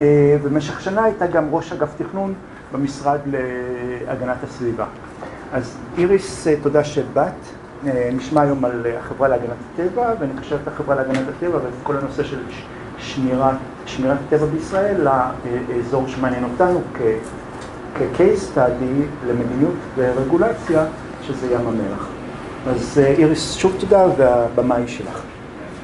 ובמשך שנה הייתה גם ראש אגף תכנון במשרד להגנת הסביבה. אז איריס, תודה שבאת, נשמע היום על החברה להגנת הטבע ונקשר את החברה להגנת הטבע ואת כל הנושא של שמירת הטבע בישראל לאזור שמעניין אותנו כקייס תעדי למדיניות ורגולציה שזה ים המלח. אז איריס שוב תודה והבמה היא שלך.